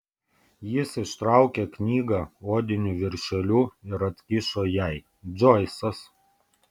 jis ištraukė knygą odiniu viršeliu ir atkišo jai džoisas